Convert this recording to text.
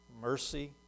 mercy